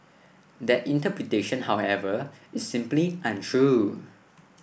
that interpretation however is simply untrue